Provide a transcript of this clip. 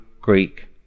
greek